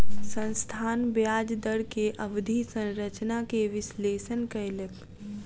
संस्थान ब्याज दर के अवधि संरचना के विश्लेषण कयलक